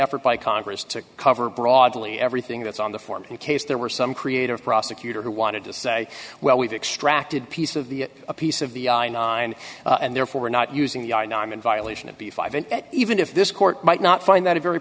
effort by congress to cover broadly everything that's on the form in case there were some creative prosecutor who wanted to say well we've extract it piece of the a piece of the i nine and therefore we're not using the i know i'm in violation of the five and even if this court might not find that a very